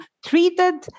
treated